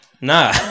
nah